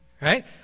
Right